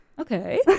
Okay